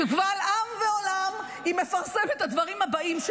קבל עם ועולם היא מפרסמת שנודעו לה הדברים הבאים: